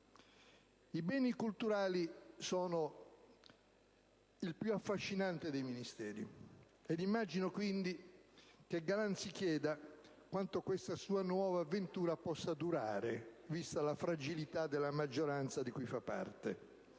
i beni culturali è il più affascinante dei Ministeri. Immagino, quindi, che Galan si chieda quanto questa sua nuova avventura possa durare, vista la fragilità della maggioranza di cui fa parte.